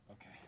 Okay